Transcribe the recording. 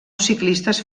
ciclistes